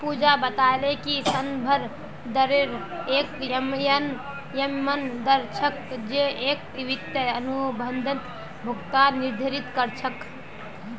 पूजा बताले कि संदर्भ दरेर एक यममन दर छेक जो की एक वित्तीय अनुबंधत भुगतान निर्धारित कर छेक